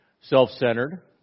self-centered